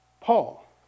Paul